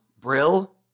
Brill